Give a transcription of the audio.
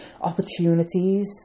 Opportunities